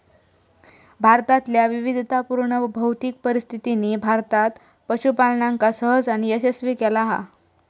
भारतातल्या विविधतापुर्ण भौतिक परिस्थितीनी भारतात पशूपालनका सहज आणि यशस्वी केला हा